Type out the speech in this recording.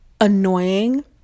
annoying